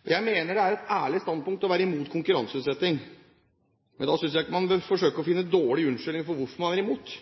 steder. Jeg mener det er et ærlig standpunkt å være imot konkurranseutsetting, men da synes jeg man ikke bør forsøke å finne dårlige unnskyldninger for hvorfor man er imot –